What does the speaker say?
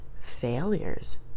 failures